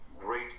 Great